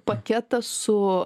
paketą su